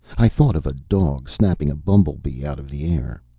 i thought of a dog snapping a bumblebee out of the air.